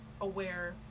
aware